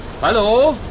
Hallo